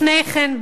לפני כן,